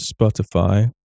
Spotify